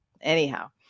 Anyhow